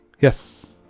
Yes